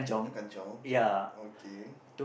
kanchiong okay